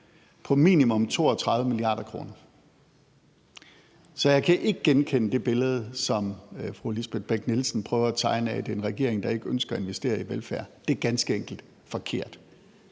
på minimum 32 mia. kr. Så jeg kan ikke genkende det billede, som fru Lisbeth Bech-Nielsen prøver at tegne, af, at det er en regering, der ikke ønsker at investere i velfærd. Det er ganske enkelt forkert.